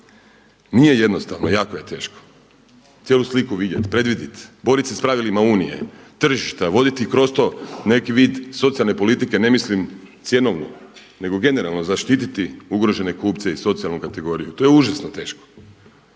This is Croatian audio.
nije jednostavno, jako je teško cijelu sliku vidjet, predvidjet, boriti se pravilima Unije, tržišta, voditi kroz to neki vid socijalne politike, ne mislim cjenovno nego generalno zaštititi ugrožene kupce i socijalnu kategoriju. To je užasno teško